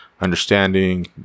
understanding